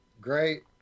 great